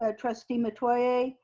ah trustee metoyer,